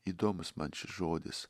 įdomus man šis žodis